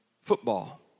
football